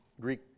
Greek